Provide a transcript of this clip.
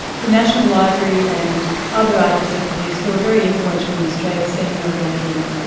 the national library and other art executives who are very influential in australia, seeing no wrongdoing.